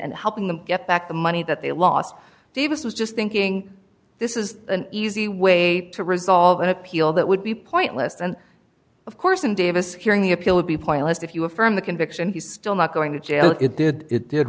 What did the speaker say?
and helping them get back the money that they lost davis was just thinking this is an easy way to resolve an appeal that would be pointless and of course in davis hearing the appeal would be pointless if you affirm the conviction he's still not going to jail it did it did